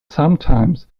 sometimes